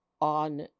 on